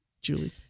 Julie